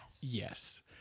Yes